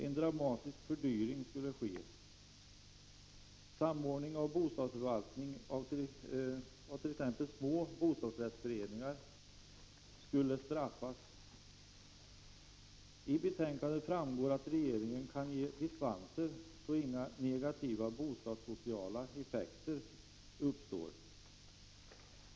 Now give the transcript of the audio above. En dramatisk fördyring skulle ske. Samordning av bostadsförvaltning av t.ex. små bostadsrättsföreningar skulle straffas. Av betänkandet framgår att regeringen kan ge dispenser, så att inga negativa bostadssociala effekter uppstår.